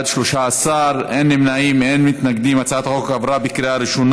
ההצעה להעביר את הצעת חוק לחלוקת חיסכון